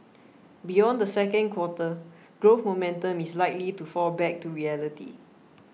beyond the second quarter growth momentum is likely to fall back to reality